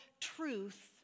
truth